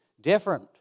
different